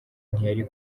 ntiyari